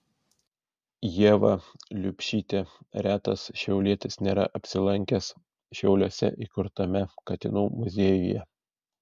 ieva liubšytė retas šiaulietis nėra apsilankęs šiauliuose įkurtame katinų muziejuje